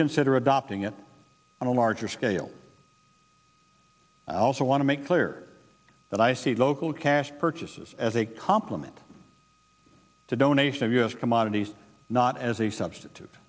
consider adopting it on a larger scale i also want to make clear that i see local cash purchases as a complement to donation of u s commodities not as a substitute